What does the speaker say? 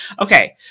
Okay